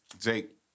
Jake